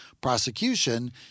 prosecution